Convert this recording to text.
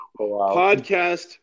Podcast